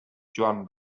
joan